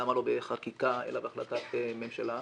למה לא בחקיקה אלא בהחלטת ממשלה.